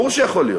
ברור שיכול להיות.